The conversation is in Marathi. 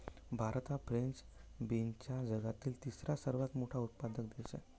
भारत हा फ्रेंच बीन्सचा जगातील तिसरा सर्वात मोठा उत्पादक देश आहे